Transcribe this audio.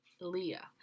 Leah